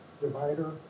divider